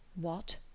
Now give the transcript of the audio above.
What